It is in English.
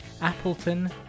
Appleton